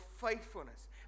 faithfulness